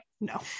no